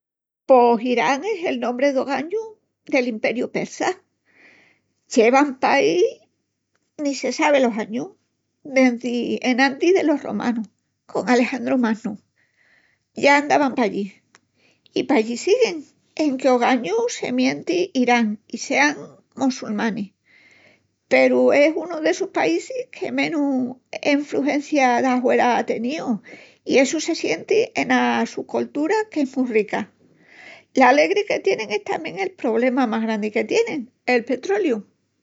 Pos Irán es el nombri d'ogañu del Imperiu Persa. Llevan paí ni se sabi los añus. Dendi enantis delos romanus, con Alejandru Magnu, ya andavan pallí. I pallí siguin, enque ogañu se mienti Irán i sean mossulmanis peru es unu d'essus paísis que menus infrugencia d'ahuera á teníu i essu se sienti ena su coltura, qu'es mu rica. L'alegri que tienin es tamién el pobrema más grandi que tienin, el petroliu.